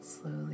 slowly